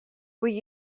will